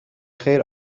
خیر